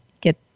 Get